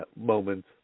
moment